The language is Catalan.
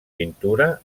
pintura